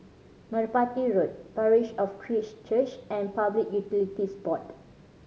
Merpati Road Parish of Christ Church and Public Utilities Board